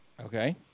Okay